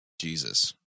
Jesus